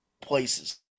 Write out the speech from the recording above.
places